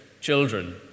children